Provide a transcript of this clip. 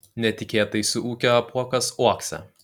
netikėtai suūkia apuokas uokse